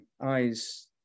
eyes